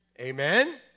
Amen